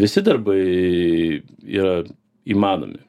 visi darbai yra įmanomi